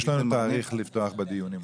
כבר יש לנו תאריך לפתוח בדיונים.